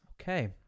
Okay